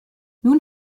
nun